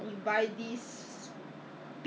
so wait I wait 我我我还是搞不懂